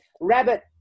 rabbit